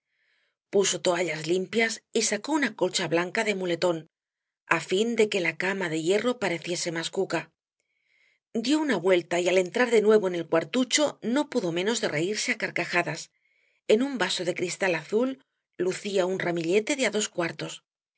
toallas limpias y sacó una colcha blanca de muletón á fin de que la cama de hierro pareciese más cuca dió una vuelta y al entrar de nuevo en el cuartucho no pudo menos de reirse á carcajadas en un vaso de cristal azul lucía un ramillete de á dos cuartos